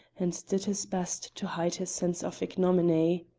and did his best to hide his sense of ignominy.